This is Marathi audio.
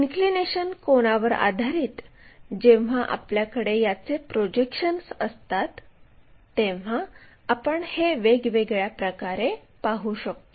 इन्क्लिनेशन कोनावर आधारित जेव्हा आपल्याकडे याचे प्रोजेक्शन्स असतात तेव्हा आपण हे वेगवेगळ्या प्रकारे पाहू शकतो